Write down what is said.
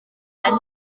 phen